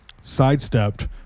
sidestepped